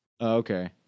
Okay